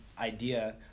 idea